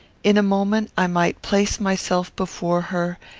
in a moment i might place myself before her,